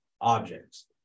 objects